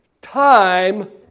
time